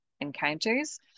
encounters